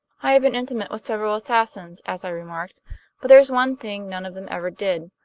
i have been intimate with several assassins, as i remarked but there's one thing none of them ever did.